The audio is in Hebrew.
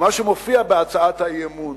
ומה שמופיע בהצעת האי-אמון,